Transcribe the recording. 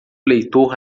leitor